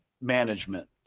management